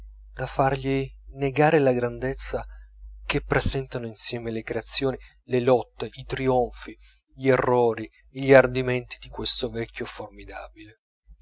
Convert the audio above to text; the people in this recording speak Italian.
da fargli negare la grandezza che presentano insieme le creazioni le lotte i trionfi gli errori e gli ardimenti di questo vecchio formidabile